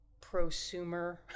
prosumer